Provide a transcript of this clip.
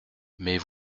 mais